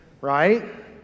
right